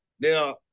Now